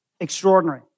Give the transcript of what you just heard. extraordinary